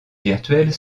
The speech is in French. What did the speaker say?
virtuelles